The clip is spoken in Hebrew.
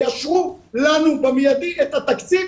תאשרו לנו במיידי את התקציב,